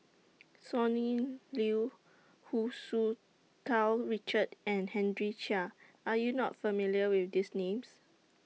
Sonny Liew Hu Tsu Tau Richard and Henry Chia Are YOU not familiar with These Names